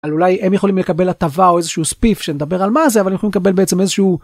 אולי הם יכולים לקבל הטבה או איזה שהוא ספיף שדבר על מה זה אבל הוא מקבל בעצם איזה שהוא.